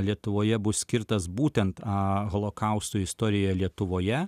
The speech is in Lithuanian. lietuvoje bus skirtas būtent a holokausto istorija lietuvoje